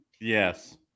Yes